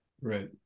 Right